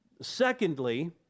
Secondly